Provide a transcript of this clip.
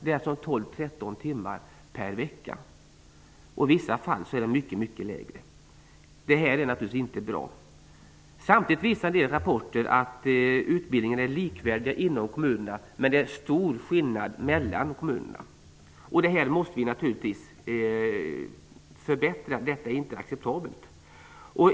Det är alltså 12--13 timmar per vecka. I vissa fall är det mycket lägre. Detta är naturligtvis inte bra. Samtidigt visar en del rapporter att utbildningen är likvärdig inom kommunerna, men att det finns stora skillnader mellan kommunerna. Det måste vi naturligtvis förbättra. Det är inte acceptabelt.